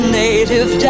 native